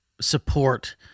support